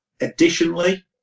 Additionally